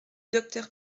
docteur